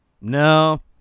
No